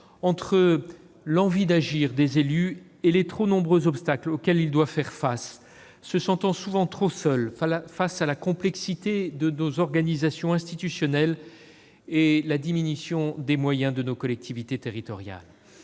entre l'envie d'agir des élus et les trop nombreux obstacles auxquels ces derniers doivent faire face, se sentant souvent trop seuls face à la complexité de nos organisations institutionnelles et la diminution des moyens de nos collectivités territoriales.